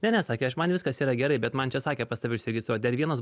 ne ne sakė aš man viskas yra gerai bet man čia sakė pas tave užsiregistruot dar vienas